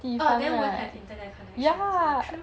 orh then won't have internet connections ah true